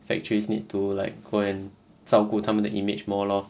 factories need to like go and 照顾他们的 image more lor